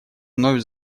вновь